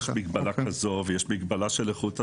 לעתים יש מגבלה כזו, ויש מגבלה של איכות הסביבה.